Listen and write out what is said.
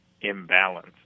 imbalance